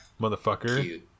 motherfucker